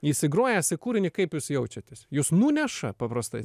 įsigrojęs į kūrinį kaip jūs jaučiatės jūs nuneša paprastai